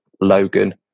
logan